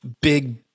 big